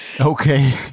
okay